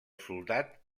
soldat